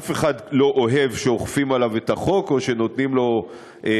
אף אחד לא אוהב שאוכפים עליו את החוק או שנותנים לו דוח,